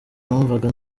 numvaga